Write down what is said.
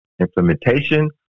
implementation